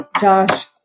Josh